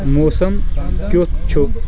موسَم کِیُتھ چھُ ؟